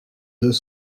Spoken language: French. deux